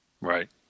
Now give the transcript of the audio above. right